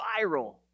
viral